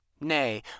Nay